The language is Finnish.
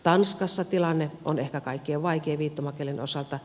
tanskassa tilanne on ehkä kaikkein vaikein viittomakielen osalta